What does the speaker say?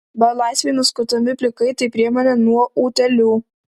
belaisviai nuskutami plikai tai priemonė nuo utėlių